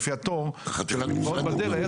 לפי התור של המקוואות בדרך,